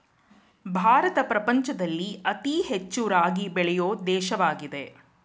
ಭಾರತ ಪ್ರಪಂಚದಲ್ಲಿ ಅತಿ ಹೆಚ್ಚು ರಾಗಿ ಬೆಳೆಯೊ ದೇಶವಾಗಿದೆ